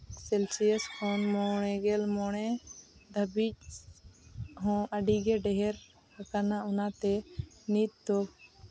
Celsius ᱠᱷᱚᱱ ᱢᱚᱬᱮ ᱜᱮᱞ ᱢᱚᱬᱮ ᱫᱷᱟᱹᱵᱤᱡ ᱦᱚᱸ ᱟᱹᱰᱤ ᱜᱮ ᱰᱷᱮᱹᱨ ᱟᱠᱟᱱᱟ ᱚᱱᱟᱛᱮ ᱱᱤᱛ ᱫᱚ